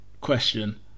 question